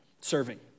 serving